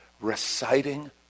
reciting